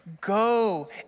Go